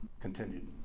continued